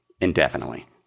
indefinitely